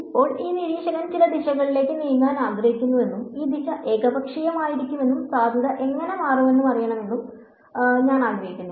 ഇപ്പോൾ ഈ നിരീക്ഷകൻ ചില ദിശകളിലേക്ക് നീങ്ങാൻ ആഗ്രഹിക്കുന്നുവെന്നും ഈ ദിശ ഏകപക്ഷീയമായിരിക്കുമെന്നും സാധ്യത എങ്ങനെ മാറുമെന്ന് അറിയണമെന്നും ഞാൻ ആഗ്രഹിക്കുന്നു